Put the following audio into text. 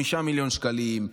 5 מיליון שקלים,